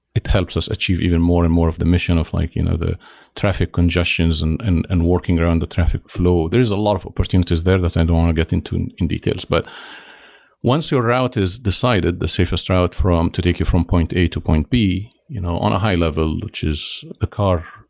it helps us achieve even more and more of the mission of like you know the traffic congestions and and and working around the traffic flow there is a lot of opportunities there that i don't want to get into in details. but once your route is decided, the safest route to take you from point a to point b you know on a high-level, which is the car,